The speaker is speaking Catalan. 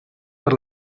per